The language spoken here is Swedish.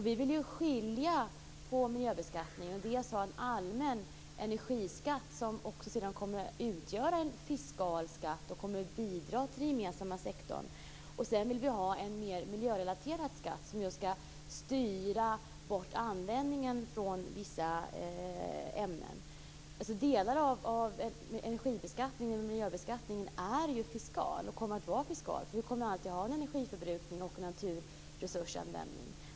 Vi vill ha en miljöbeskattning och dessutom en allmän energiskatt som kommer att utgöra en fiskal skatt och bidra till den gemensamma sektorn. Dessutom vill vi ha en mer miljörelaterad skatt som skall styra bort användningen av vissa ämnen. Delar av energibeskattningen och miljöbeskattningen är ju och kommer att vara fiskal, för vi kommer alltid att ha en energiförbrukning och en naturresursanvändning.